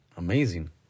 Amazing